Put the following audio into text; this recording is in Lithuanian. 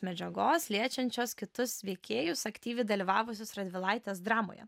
medžiagos liečiančios kitus veikėjus aktyviai dalyvavusius radvilaitės dramoje